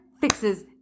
fixes